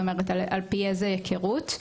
על פי איזו היכרות.